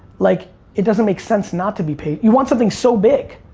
like it doesn't make sense not to be patient. you want something so big.